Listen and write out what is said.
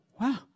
wow